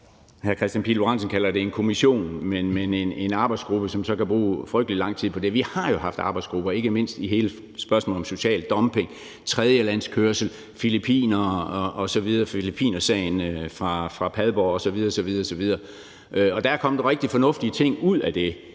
Kristian Pihl Lorentzen kalder det en kommission – kan bruge frygtelig lang tid på det. Vi har jo haft arbejdsgrupper, ikke mindst i spørgsmålet om social dumping, tredjelandskørsel, filippinersagen fra Padborg osv. osv., og der er helt sikkert kommet rigtig fornuftige ting ud af det.